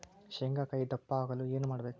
ಶೇಂಗಾಕಾಯಿ ದಪ್ಪ ಆಗಲು ಏನು ಮಾಡಬೇಕು?